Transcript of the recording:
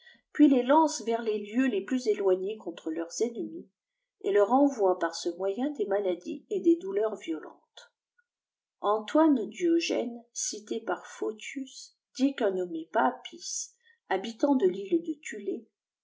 puis les lancent vers les lieux les plus éloignés contre leurs ennemis et leur envoient par ce moyen des maladies et des douleurs violentes antoine diogène cité par photîus dit qu'un nommé paapis habitant de l'île de tnle